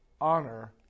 honor